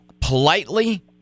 politely